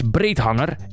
Breedhanger